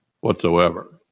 whatsoever